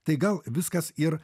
tai gal viskas ir